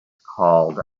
called